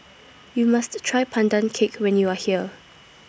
YOU must Try Pandan Cake when YOU Are here